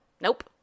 Nope